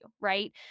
Right